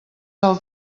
del